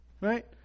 right